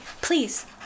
please